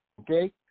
okay